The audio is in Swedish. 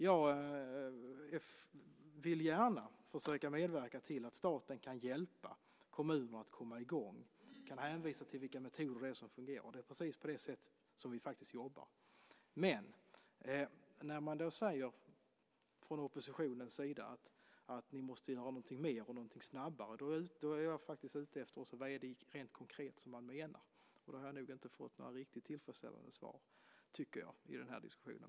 Jag vill gärna försöka medverka till att staten kan hjälpa kommuner att komma i gång. Man kan hänvisa till vilka metoder som fungerar. Och det är precis på det sättet som vi faktiskt jobbar. Men när man säger från oppositionens sida att vi måste göra någonting mer och snabbare, då undrar jag vad man menar rent konkret. Och jag har inte fått några riktigt tillfredsställande svar på det i denna diskussion.